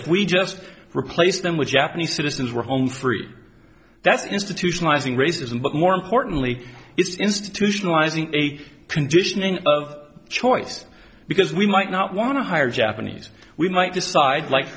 if we just replace them with japanese citizens were home free that's institutionalizing racism but more importantly it's institutionalizing take conditioning of choice because we might not want to hire japanese we might decide like